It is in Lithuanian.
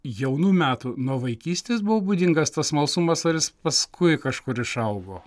jaunų metų nuo vaikystės buvo būdingas tas smalsumas ar jis paskui kažkur išaugo